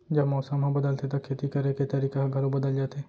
जब मौसम ह बदलथे त खेती करे के तरीका ह घलो बदल जथे?